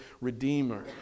Redeemer